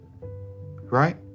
right